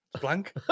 Blank